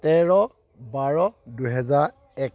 তেৰ বাৰ দুহেজাৰ এক